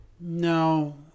no